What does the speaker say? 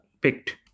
picked